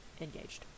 engaged